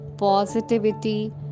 positivity